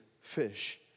fish